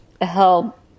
help